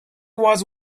was